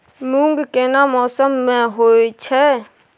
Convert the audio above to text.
मूंग केना मौसम में होय छै?